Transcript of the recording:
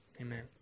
Amen